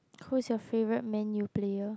who's your favourite Man U player